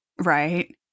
right